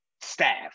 staff